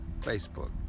Facebook